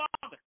father